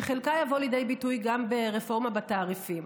שחלקה יבוא לידי ביטוי גם ברפורמה בתעריפים.